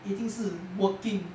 已经是 working